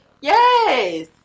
Yes